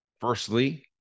Firstly